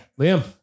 Liam